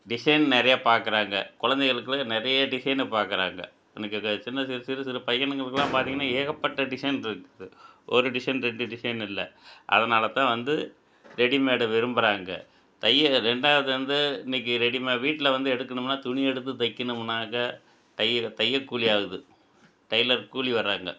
design நிறையா பார்க்குறாங்க குலந்தைகளுக்குலாம் நிறைய டிசைனு பார்க்குறாங்க இன்னைக்கு சின்ன சிறு சிறு சிறு பையனுங்களுக்குலாம் பார்த்திங்கன்னா ஏகப்பட்ட டிசைன் இருக்குது ஒரு டிசைன் ரெண்டு டிசைன் இல்லை அதனால் தான் வந்து ரெடிமேடை விரும்புறாங்க தைய ரெண்டாவது வந்து இன்னக்கு ரெடிமே வீட்டில வந்து எடுக்கணும்னா துணி எடுத்து தைக்கணுமுன்னாக்க தையக தைய கூலி ஆகுது டெய்லர் கூலி வர்றாங்க